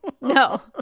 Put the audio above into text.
no